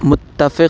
متفق